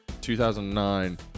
2009